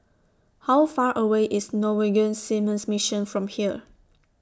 How Far away IS Norwegian Seamen's Mission from here